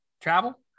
Travel